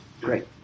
Great